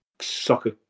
soccer